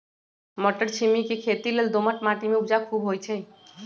मट्टरछिमि के खेती लेल दोमट माटी में उपजा खुब होइ छइ